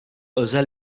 özel